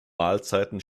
mahlzeiten